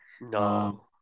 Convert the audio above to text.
No